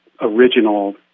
original